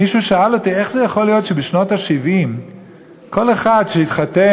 מישהו שאל אותי איך זה יכול להיות שבשנות ה-70 כל אחד שהתחתן,